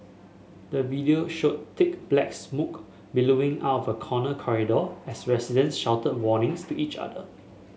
the video showed thick black smoke billowing out of a corner corridor as residents shouted warnings to each other